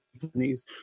companies